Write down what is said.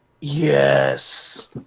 Yes